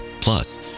plus